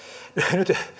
nyt